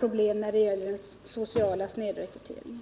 problem beträffande den sociala snedrekryteringen.